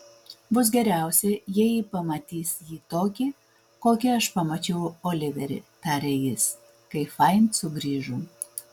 bus geriausia jei ji pamatys jį tokį kokį aš pamačiau oliverį tarė jis kai fain sugrįžo